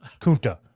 Kunta